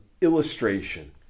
illustration